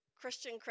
Christian